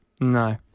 no